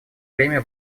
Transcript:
время